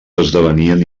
esdevenien